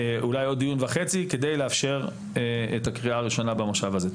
אולי עוד דיון וחצי כדי לאפשר את הקריאה הראשונה במושב הזה.